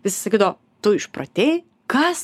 visi sakydavo tu išprotėjai kas